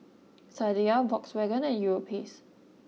Sadia Volkswagen and Europace